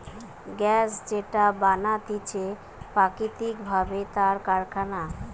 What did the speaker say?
gas যেটা বানাতিছে প্রাকৃতিক ভাবে তার কারখানা